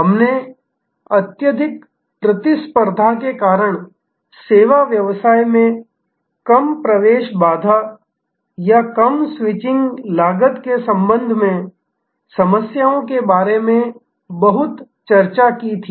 हमने अत्यधिक प्रतिस्पर्धा के कारण सेवा व्यवसाय में कम प्रवेश बाधा या कम स्विचिंग लागत के संबंध में समस्याओं के बारे में बहुत चर्चा की थी